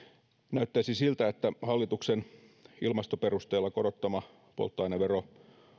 näyttäisi siltä että hallituksen ilmastoperusteella korottama polttoainevero